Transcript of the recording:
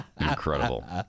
Incredible